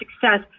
success